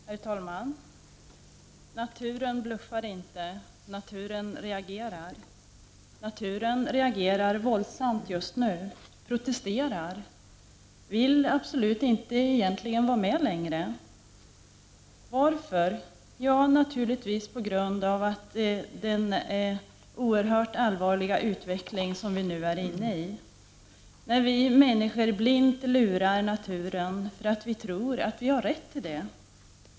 Herr talman! Naturen bluffar inte, naturen reagerar. Naturen reagerar våldsamr just nu. Den protesterar, den vill egentligen absolut inte vara med längre. Varför? Jo, naturligtvis på grund av den oerhört allvarliga utveckling vi nu är inne i, när vi människor blint lurar naturen därför att vi tror att vi har rätt till det.